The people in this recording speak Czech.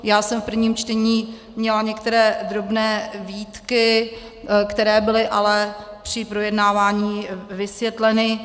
Já jsem v prvním čtení měla některé drobné výtky, které byly ale při projednávání vysvětleny.